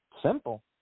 Simple